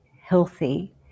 healthy